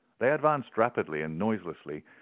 they advanced rapidly and noiselessly,